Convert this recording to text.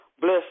Bless